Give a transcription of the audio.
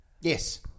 Yes